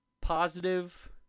positive